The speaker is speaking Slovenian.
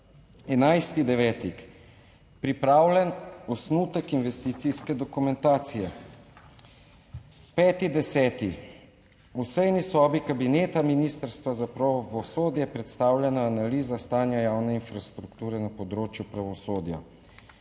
11. 9. pripravljen osnutek investicijske dokumentacije. 5. 10. v sejni sobi kabineta Ministrstva za pravosodje je predstavljena analiza stanja javne infrastrukture na področju pravosodja.